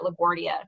Laguardia